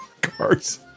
Cars